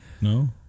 No